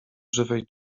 żywej